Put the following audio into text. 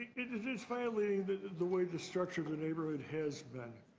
it is is violating the the way the structure of the neighbourhood has been.